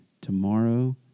Tomorrow